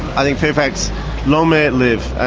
i think fairfax long may it live.